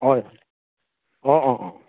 হয় অঁ অঁ অঁ